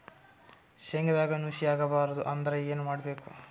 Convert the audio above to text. ಶೇಂಗದಾಗ ನುಸಿ ಆಗಬಾರದು ಅಂದ್ರ ಏನು ಮಾಡಬೇಕು?